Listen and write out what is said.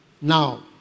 Now